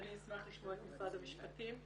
ואני אשמח לשמוע את משרד המשפטים.